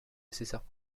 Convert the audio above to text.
nécessaires